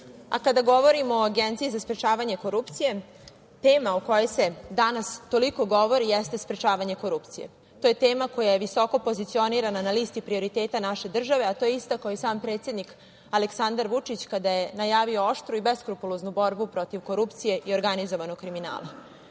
govorimo o Agenciji za sprečavanje korupcije, tema o kojoj se danas toliko govori jeste sprečavanje korupcije. To je tema koja je visoko pozicionirana na listi prioriteta naše države, a to je istakao i sam predsednik Aleksandar Vučić, kada je najavio oštru i beskrupuloznu borbu protiv korupcije i organizovanog kriminala. Ukoliko